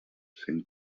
se’n